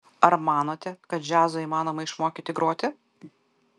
ar manote kad džiazo įmanoma išmokyti groti